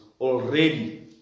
already